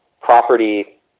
property